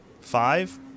five